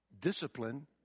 discipline